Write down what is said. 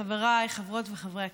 חבריי חברות וחברי הכנסת,